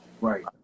Right